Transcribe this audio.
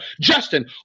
Justin